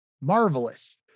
marvelous